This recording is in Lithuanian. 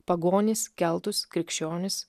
pagonis keltus krikščionis